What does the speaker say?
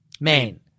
Main